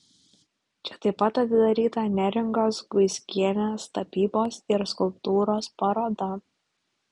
čia taip pat atidaryta neringos guiskienės tapybos ir skulptūros paroda